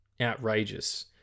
outrageous